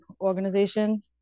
organization